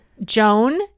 Joan